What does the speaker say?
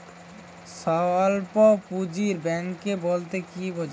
স্বল্প পুঁজির ব্যাঙ্ক বলতে কি বোঝায়?